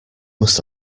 must